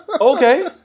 Okay